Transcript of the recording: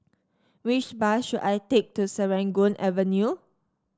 which bus should I take to Serangoon Avenue